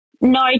No